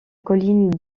colline